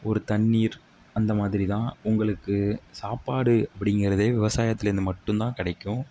ஒரு தண்ணீர் அந்த மாதிரி தான் உங்களுக்குச் சாப்பாடு அப்படிங்கிறது விவசாயத்தில் இருந்து மட்டும் தான் கிடைக்கும்